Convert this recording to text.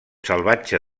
salvatge